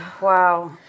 Wow